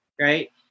right